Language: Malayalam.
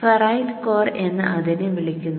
ഫെറൈറ്റ് കോർ എന്ന് അതിനെ വിളിക്കുന്നു